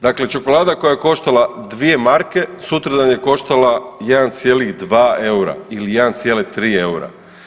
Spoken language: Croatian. Dakle, čokolada koja je koštala 2 marke sutradan je koštala 1,2 eura ili 1,3 eura.